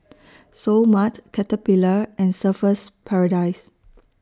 Seoul Mart Caterpillar and Surfer's Paradise